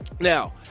Now